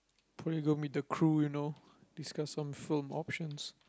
you go meet the crew you know discuss some film options